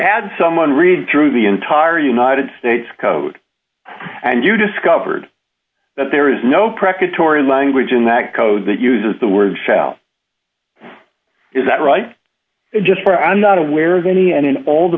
had someone read through the entire united states code and you discovered that there is no practice tory language in that code that uses the word shall is that right just for i'm not aware of any an